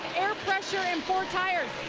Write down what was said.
air pressure in four tires.